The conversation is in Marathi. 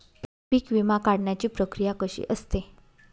पीक विमा काढण्याची प्रक्रिया कशी असते?